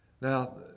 Now